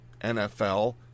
NFL